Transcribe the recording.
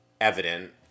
evident